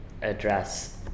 address